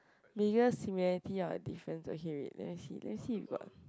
biggest similarity or difference okay wait let me see let me see we got